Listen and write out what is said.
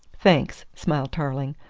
thanks, smiled tarling,